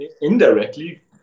indirectly